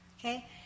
Okay